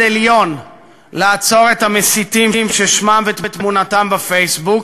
עליון לעצור את המסיתים ששמם ותמונתם בפייסבוק,